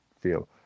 feel